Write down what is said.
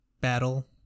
battle